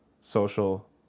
social